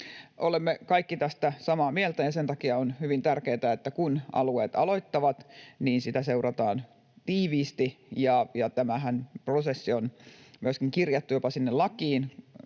Olemme kaikki tästä samaa mieltä, ja sen takia on hyvin tärkeätä, että kun alueet aloittavat, niin sitä seurataan tiiviisti. Tämä prosessihan on myöskin kirjattu jopa lakiin,